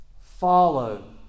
Follow